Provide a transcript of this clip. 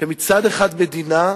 שמצד אחד המדינה,